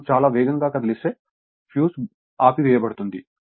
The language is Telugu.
అప్పుడు చాలా వేగంగా కదిలిస్తే ఫ్యూజ్ ఆపివేయబడుతుంది